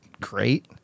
great